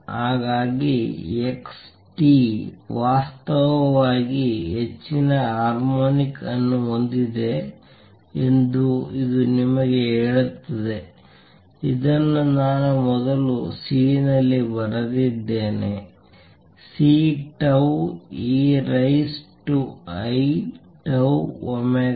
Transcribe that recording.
ಹಾಗಾಗಿ x t ವಾಸ್ತವವಾಗಿ ಹೆಚ್ಚಿನ ಹಾರ್ಮೋನಿಕ್ ಅನ್ನು ಹೊಂದಿದೆ ಎಂದು ಇದು ನಿಮಗೆ ಹೇಳುತ್ತದೆ ಇದನ್ನು ನಾನು ಮೊದಲು C ನಲ್ಲಿ ಬರೆದಿದ್ದೇನೆ C tau e raise to i tau omega